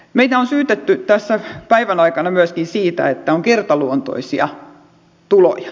meitä on syytetty tässä päivän aikana myöskin siitä että on kertaluontoisia tuloja